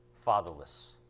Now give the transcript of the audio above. fatherless